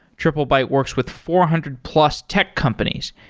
triplebyte works with four hundred plus tech companies,